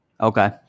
Okay